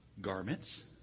garments